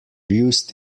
used